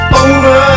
over